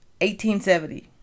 1870